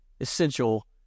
essential